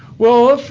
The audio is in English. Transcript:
well,